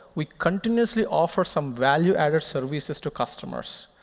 we continuously offer some value-added services to customers.